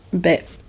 bit